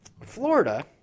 Florida